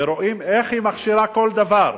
ורואים איך היא מכשירה דבר,